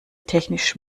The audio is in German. technisch